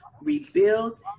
rebuild